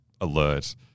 alert